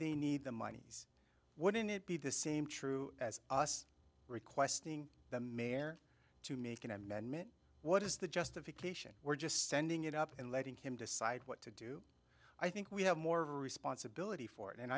they need the money wouldn't it be the same true as us requesting the mayor to make an amendment what is the justification we're just sending it up and letting him decide what to do i think we have more responsibility for it and